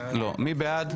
מי בעד,